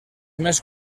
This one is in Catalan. més